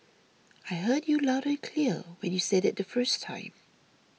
I heard you loud and clear when you said it the first time